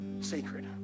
sacred